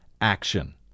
action